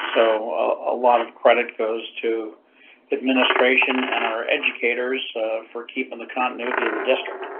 so a lot of credit goes to administration an our educators for keeping the continuity of the district.